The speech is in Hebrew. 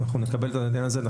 אנחנו נקבל את העניין הזה.